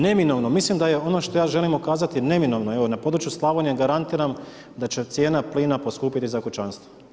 Neminovno mislim da je ono što ja želim ukazati neminovno evo na području Slavonije garantiram da će cijena plina poskupiti za kućanstvo.